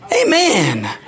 Amen